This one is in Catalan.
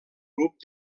grup